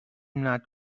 not